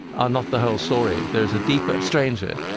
are not the whole story. there's a deeper, stranger,